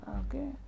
okay